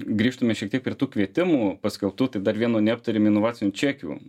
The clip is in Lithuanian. grįžtume šiek tiek prie tų kvietimų paskelbtų tai dar vieno neaptarėm inovacinių čekių